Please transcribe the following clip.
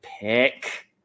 pick